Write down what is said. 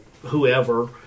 Whoever